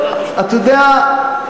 אתה יודע,